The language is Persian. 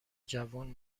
جوون